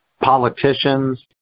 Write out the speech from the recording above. politicians